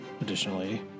additionally